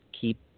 keep